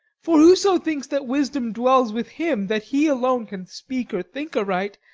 for whoso thinks that wisdom dwells with him, that he alone can speak or think aright,